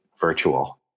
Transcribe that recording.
virtual